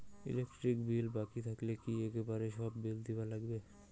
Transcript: Electric bill বাকি থাকিলে কি একেবারে সব বিলে দিবার নাগিবে?